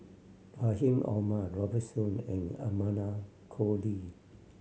Rahim Omar Robert Soon and Amanda Koe Lee